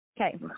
Okay